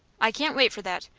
i can't wait for that.